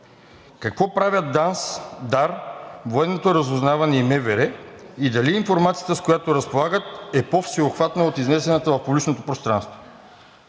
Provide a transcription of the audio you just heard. Какво правят ДАНС, ДАР, Военното разузнаване и МВР и дали информацията, с която разполагат, е по-всеобхватна от изнесената в публичното пространство?